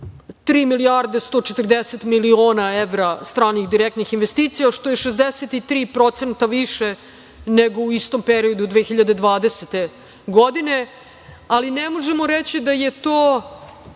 privukli 3.140.000.000 evra stranih direktnih investicija, što je 63% više nego u istom periodu 2020. godine, ali ne možemo reći da je to